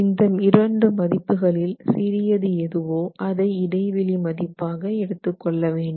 இந்த இரண்டு மதிப்புகளில் மிக சிறியது எதுவோ அதை இடைவெளி மதிப்பாக எடுத்துக்கொள்ளவேண்டும்